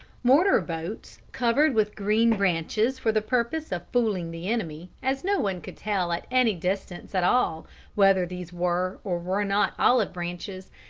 mortar-boats covered with green branches for the purpose of fooling the enemy, as no one could tell at any distance at all whether these were or were not olive-branches,